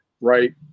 right